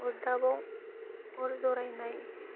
अरदाबाव अर ज'रायनाय